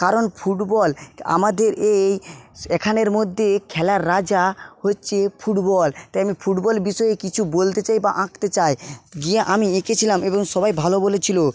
কারণ ফুটবল আমাদের এএই এখানের মধ্যে খেলার রাজা হচ্ছে ফুটবল তাই আমি ফুটবল বিষয়ে কিছু বলতে চাই বা আঁকতে চাই গিয়ে আমি এঁকেছিলাম এবং সবাই ভালো বলেছিলো